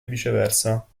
viceversa